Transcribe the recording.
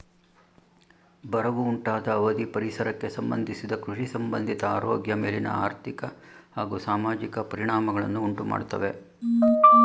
ಬರವು ಉಂಟಾದ ಅವಧಿ ಪರಿಸರಕ್ಕೆ ಸಂಬಂಧಿಸಿದ ಕೃಷಿಸಂಬಂಧಿತ ಆರೋಗ್ಯ ಮೇಲಿನ ಆರ್ಥಿಕ ಹಾಗೂ ಸಾಮಾಜಿಕ ಪರಿಣಾಮಗಳನ್ನು ಉಂಟುಮಾಡ್ತವೆ